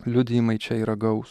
liudijimai čia yra gaus